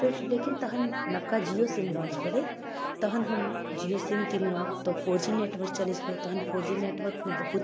फेर लेकिन तहन नवका जिओ सिम लॉन्च भेलै तहन हम जिओ सिम किनलहुँ फोर जी नेटवर्क चलै छलै तहन फोर जी नेटवर्कमे बहुत